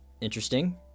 Interesting